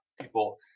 people